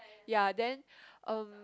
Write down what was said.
ya then uh